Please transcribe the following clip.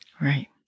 Right